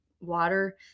water